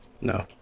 No